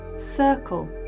circle